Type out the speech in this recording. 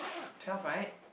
twelve right